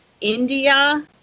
India